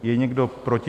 Je někdo proti?